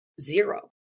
zero